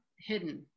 hidden